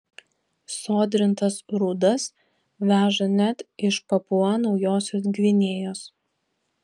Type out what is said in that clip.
sodrintas rūdas veža net iš papua naujosios gvinėjos